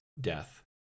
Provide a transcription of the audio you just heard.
death